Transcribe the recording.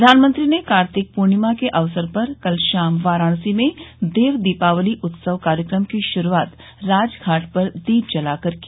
प्रधानमंत्री ने कार्तिक पूर्णिमा के अवसर पर कल शाम वाराणसी में देव दीपावली उत्सव कार्यक्रम की श्रूआत राजघाट पर दीप जलाकर की